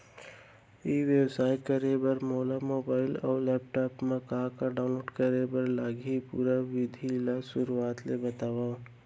ई व्यवसाय करे बर मोला मोबाइल अऊ लैपटॉप मा का का डाऊनलोड करे बर लागही, पुरा विधि ला शुरुआत ले बतावव?